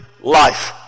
life